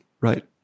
Right